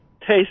taste